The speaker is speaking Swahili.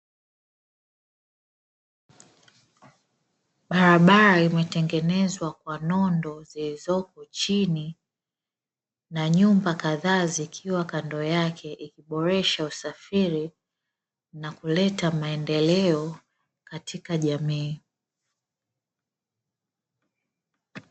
Barabara imetengenezwa kwa nondo zilizopo chini, na nyumba kadhaa zikiwa kando yake, kuboresha usafiri na kuleta maendeleo katika jamii.